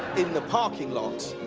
in the parking lot,